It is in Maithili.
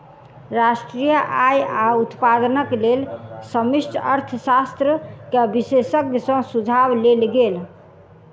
राष्ट्रीय आय आ उत्पादनक लेल समष्टि अर्थशास्त्र के विशेषज्ञ सॅ सुझाव लेल गेल